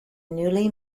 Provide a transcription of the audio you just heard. newly